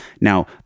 Now